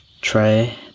try